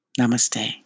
Namaste